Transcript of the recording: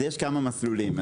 יש כמה מסלולים.